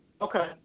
Okay